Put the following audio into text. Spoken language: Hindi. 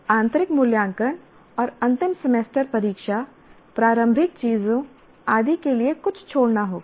आंतरिक मूल्यांकन और अंतिम सेमेस्टर परीक्षा प्रारंभिक चीजों आदि के लिए कुछ छोड़ना होगा